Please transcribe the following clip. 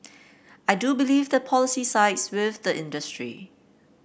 I do believe the policy sides with the industry